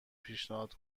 پیشنهاد